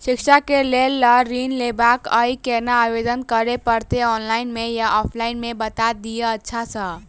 शिक्षा केँ लेल लऽ ऋण लेबाक अई केना आवेदन करै पड़तै ऑनलाइन मे या ऑफलाइन मे बता दिय अच्छा सऽ?